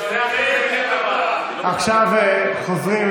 עכשיו חוזרים,